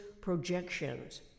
projections